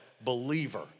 believer